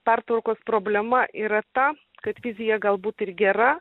pertvarkos problema yra ta kad vizija galbūt ir gera